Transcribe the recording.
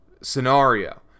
scenario